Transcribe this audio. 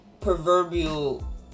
proverbial